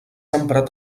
emprat